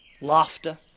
Laughter